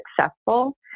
successful